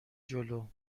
جلو